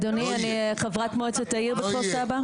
אדוני אני חברת מועצת העיר בכפר סבא.